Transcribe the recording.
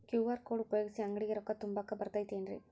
QR code ಉಪಯೋಗಿಸಿ, ಅಂಗಡಿಗೆ ರೊಕ್ಕಾ ತುಂಬಾಕ್ ಬರತೈತೇನ್ರೇ?